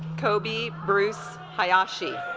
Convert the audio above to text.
kobe bruce hayashi